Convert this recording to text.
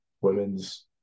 women's